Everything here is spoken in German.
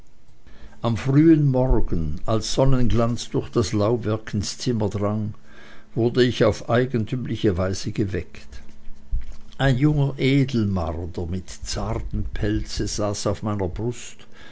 am frühen morgen als sonnenglanz durch das laubwerk ins zimmer drang wurde ich auf eigentümliche weise geweckt ein junger edelmarder mit zartem pelze saß auf meiner brust